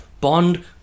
Bond